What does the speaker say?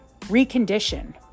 Recondition